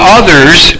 others